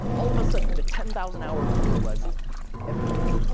all of a sudden the ten thousand hour rule was everywhere.